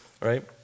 Right